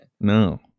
No